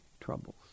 troubles